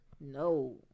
No